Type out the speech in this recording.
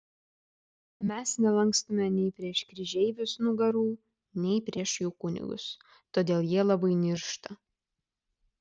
mes nelankstome nei prieš kryžeivius nugarų nei prieš jų kunigus todėl jie labai niršta